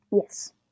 Yes